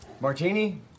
Martini